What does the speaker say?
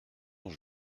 dont